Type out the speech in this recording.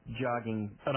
jogging